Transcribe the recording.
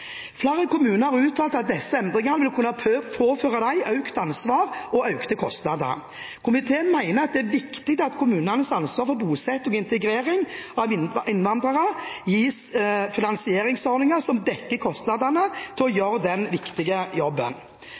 Flere kommuner har uttalt at disse endringene vil kunne påføre dem et økt ansvar og økte kostnader. Komiteen mener at det er viktig at kommunenes ansvar for bosetting og integrering av innvandrere gis finansieringsordninger som dekker kostnadene ved å gjøre den viktige jobben.